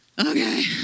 Okay